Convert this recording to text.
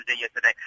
yesterday